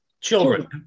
children